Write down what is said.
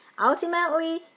Ultimately